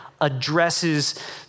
addresses